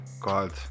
God